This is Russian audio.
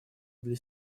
для